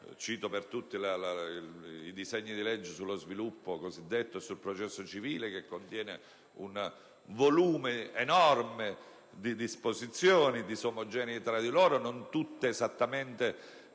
Cito per tutti il disegno di legge sullo sviluppo e sul processo civile, che contiene un volume enorme di disposizioni disomogenee tra loro e non tutte esattamente